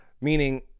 meaning